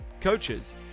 coaches